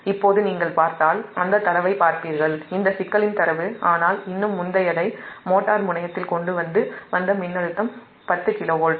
இப்போது நீங்கள் அந்தத் டேட்டாவைப் பார்ப்பீர்கள் இந்த சிக்கலின் டேட்டா ஆனால் இன்னும் முந்தையதை மோட்டார் முனையத்தில் கொண்டு வந்த மின்னழுத்தம் 10 KV